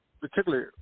Particularly